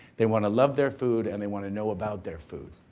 they wanna love their food and they wanna know about their food.